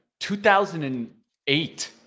2008